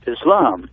Islam